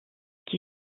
qui